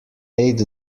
eight